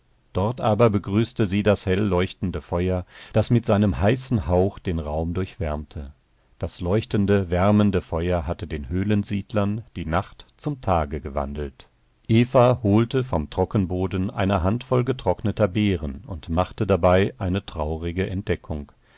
dort aber begrüßte sie das helleuchtende feuer das mit seinem heißen hauch den raum durchwärmte das leuchtende wärmende feuer hatte den höhlensiedlern die nacht zum tage gewandelt eva holte vom trockenboden eine handvoll getrockneter beeren und machte dabei eine traurige entdeckung